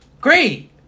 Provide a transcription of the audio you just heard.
Great